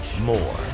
more